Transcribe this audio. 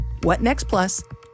whatnextplus